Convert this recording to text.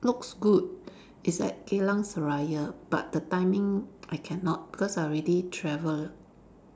looks good is at Geylang Serai but the timing I cannot because I already travel